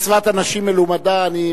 מצוות אנשים מלומדה.